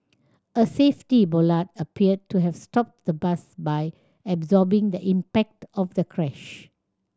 a safety bollard appeared to have stopped the bus by absorbing the impact of the crash